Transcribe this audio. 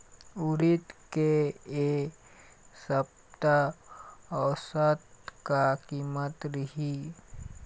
उरीद के ए सप्ता औसत का कीमत रिही?